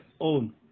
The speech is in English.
own